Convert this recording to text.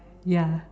ya